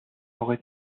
aurait